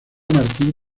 martín